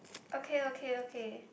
okay okay okay